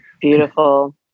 Beautiful